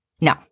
No